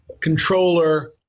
controller